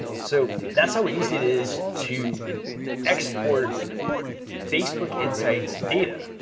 so that's how easy it is to export facebook insights data.